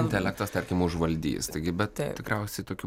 intelektas tarkim užvaldys taigi bet tikriausiai tokių